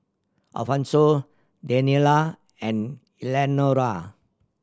Alfonso Daniela and Eleanora